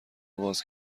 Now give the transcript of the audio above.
باز